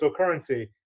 cryptocurrency